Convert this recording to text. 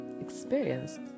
experienced